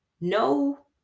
no